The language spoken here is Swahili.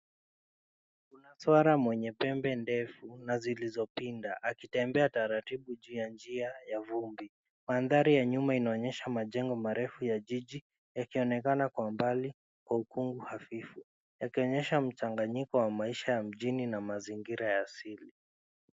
Kuna swara mwenye pembe ndefu na zilizopinda akitembea taratibu juu ya njia ya vumbi. Mandhari ya nyuma yanaonyesha majengo marefu ya jiji yakionekana kwa umbali kwa ukungu nadhifu yakionyesha mchanganyiko wa maisha ya mjini na mazingira ya asili.